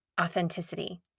authenticity